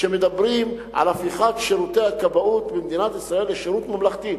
מדברים על הפיכת שירותי הכבאות במדינת ישראל לשירות ממלכתי.